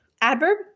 adverb